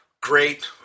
Great